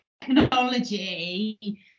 technology